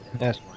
yes